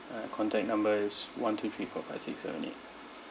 uh contact number is one two three four five six seven eight